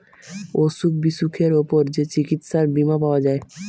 অসুখ বিসুখের উপর যে চিকিৎসার বীমা পাওয়া যায়